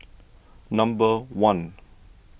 number one